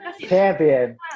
Champion